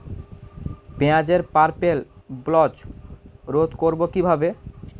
পেঁয়াজের purple blotch রোধ করবো কিভাবে?